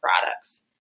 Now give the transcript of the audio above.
products